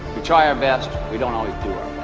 we try our best we don't always do our